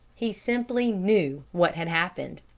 he simply knew what had happened.